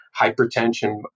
hypertension